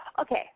okay